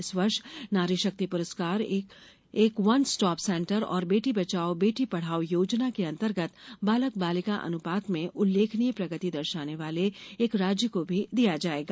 इस वर्ष नारी शक्ति पुरस्कार एक वन स्टॉप सेंटर और बेटी बचाओ बेटी पढ़ाओ योजना के अंतर्गत बालक बालिका अनुपात में उल्लेखनीय प्रगति दर्शाने वाले एक राज्य को भी दिया जाएगा